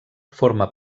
forma